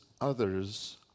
others